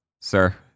sir